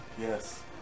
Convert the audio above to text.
yes